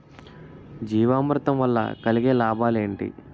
జీవామృతం వల్ల కలిగే లాభాలు ఏంటి?